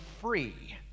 free